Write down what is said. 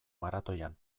maratoian